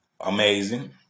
amazing